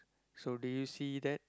so did you see that